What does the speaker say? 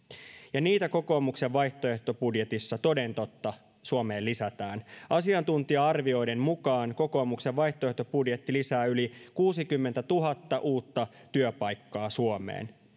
ja niitä kokoomuksen vaihtoehtobudjetissa toden totta suomeen lisätään asiantuntija arvioiden mukaan kokoomuksen vaihtoehtobudjetti lisää yli kuusikymmentätuhatta uutta työpaikkaa suomeen